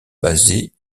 basée